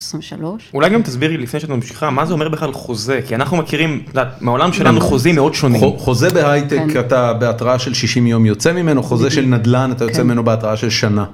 23, אולי גם תסבירי לפני שאתה ממשיכה מה זה אומר בכלל חוזה, כי אנחנו מכירים, את יודעת, בעולם שלנו חוזים מאוד שונה. חוזה בהייטק אתה בהתראה של 60 יום יוצא ממנו חוזה של נדלן אתה יוצא ממנו בהתראה של שנה.